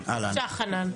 בבקשה חנן.